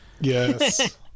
Yes